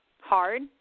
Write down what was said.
hard